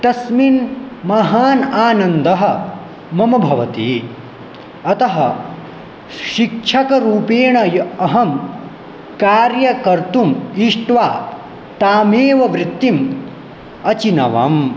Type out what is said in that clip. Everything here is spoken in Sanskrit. तस्मिन् महानन्दः मम भवति अतः शिक्षकरूपेण यत् अहं कार्यं कर्तुम् इष्ट्वा तामेव वृत्तिम् अचिनवम्